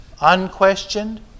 unquestioned